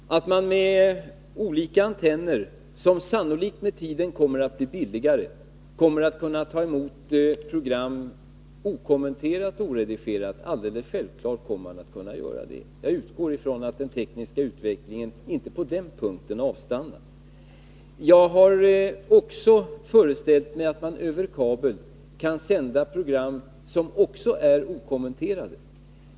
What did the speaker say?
Herr talman! Det är självfallet så att man med olika antenner, som sannolikt kommer att bli billigare med tiden, kommer att kunna ta emot program okommenterade och oredigerade. Jag utgår från att den tekniska utvecklingen inte avstannar på det området. Jag har också föreställt mig att man via kabel kan sända program som också är okommenterade.